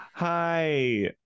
hi